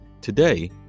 Today